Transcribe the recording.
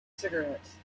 cigarettes